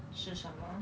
是什么